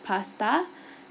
pasta